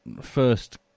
first